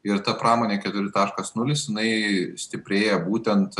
ir ta pramonė keturi taškas nulis jinai stiprėja būtent